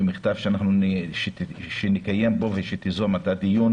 שאנחנו נקיים פה דיון ושאתה תיזום דיון.